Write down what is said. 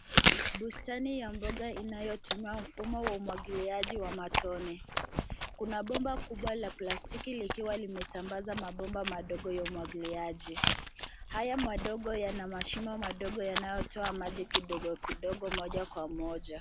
Bustani ya mboga inayotumia mfumo wa umwagiliaji wa matone. Kuna bomba kubwa la plastiki likiwa limesambaza mabomba madogo ya umwagiliaji. Haya madogo yana mashimo madogo yanayotoa maji kidogo kidogo moja kwa moja.